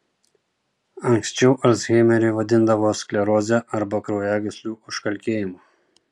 anksčiau alzheimerį vadindavo skleroze arba kraujagyslių užkalkėjimu